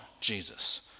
Jesus